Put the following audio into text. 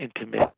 intimate